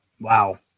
Wow